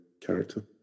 character